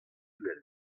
uhel